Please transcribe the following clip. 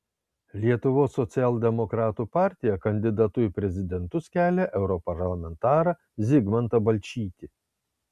lietuvos socialdemokratų partija kandidatu į prezidentus kelia europarlamentarą zigmantą balčytį